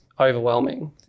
overwhelming